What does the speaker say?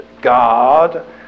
God